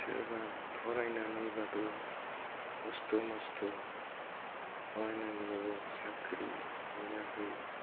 सोरबा फरायनानैबाबो खस्थ' मस्थ' फरायनानैबाबो साख्रि मोनाखै